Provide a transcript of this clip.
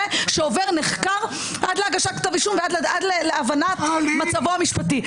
שעובר נחקר עד להגשת כתב אישום ועד להבנת מצבו המשפטי.